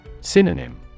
Synonym